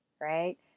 right